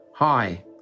Hi